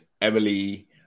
Emily